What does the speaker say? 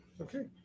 Okay